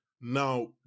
Now